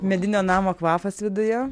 medinio namo kvapas viduje